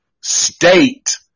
state